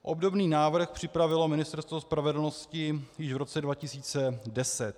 Obdobný návrh připravilo Ministerstvo spravedlnosti již v roce 2010.